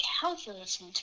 calculus